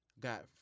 got